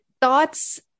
thoughts